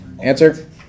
Answer